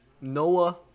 Noah